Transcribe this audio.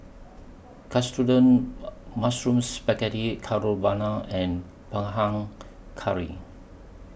Katsudon Mushroom Spaghetti Carbonara and Panang Curry